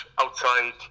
outside